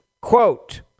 Quote